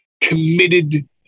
committed